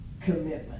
commitment